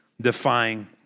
defying